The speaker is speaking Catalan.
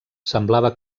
semblava